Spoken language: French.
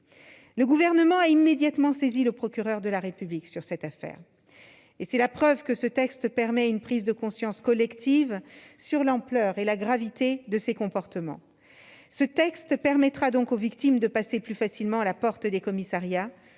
Le Gouvernement a immédiatement saisi le procureur de la République sur cette affaire. Ce texte suscitera une prise de conscience collective sur l'ampleur et la gravité de tels comportements. Il permettra aux victimes de passer plus facilement la porte des commissariats